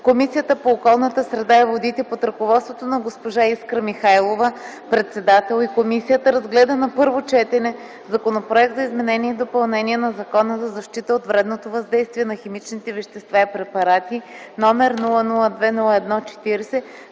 Комисията по околната среда и водите под ръководството на госпожа Искра Михайлова – председател на комисията, разгледа на първо четене Законопроекта за изменение и допълнение на Закона за защита от вредното въздействие на химичните вещества и препарати, № 002-01-40,